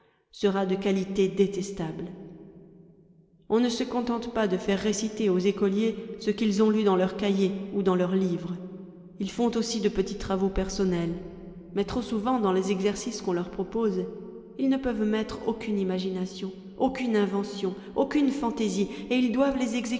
sera de quauté détestable on ne se contente pas de faire réciter aux écoliers ce qu'ils ont lu dans leurs cahiers ou dans leurs livres ils font aussi de petits travaux personnels mais trop souvent dans les exercices qu'on leur propose ils ne peuvent mettre aucune imagination aucune invention aucune fantaisie et ils doivent les